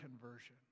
conversion